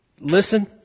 listen